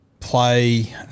Play